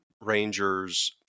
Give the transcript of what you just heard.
Rangers